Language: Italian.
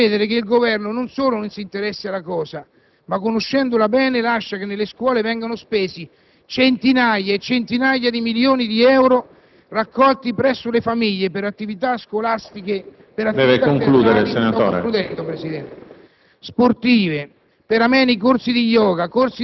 non ho mai ricevuto risposte. Debbo credere che il Governo, non solo non si interessi alla cosa ma, conoscendola bene, lascia che nelle scuole vengano spesi centinaia di milioni di euro, raccolti presso le famiglie, per attività scolastiche